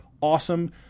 awesome